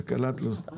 זו תקלת לו"ז.